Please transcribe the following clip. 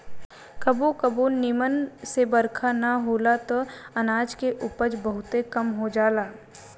कबो कबो निमन से बरखा ना होला त अनाज के उपज बहुते कम हो जाला